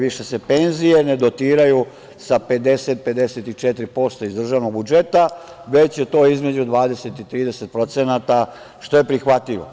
Više se penzije ne dotiraju sa 50, 54% iz državnog budžeta, već je to između 20 i 30%, što je prihvatljivo.